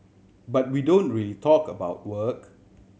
but we don't really talk about work